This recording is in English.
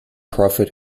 profit